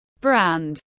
Brand